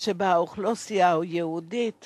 שבה האוכלוסייה היהודית